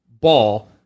ball